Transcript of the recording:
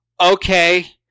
Okay